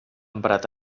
emprat